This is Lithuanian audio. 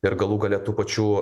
ir galų gale tų pačių